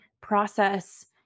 process